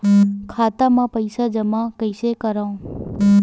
खाता म पईसा जमा कइसे करव?